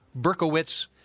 Berkowitz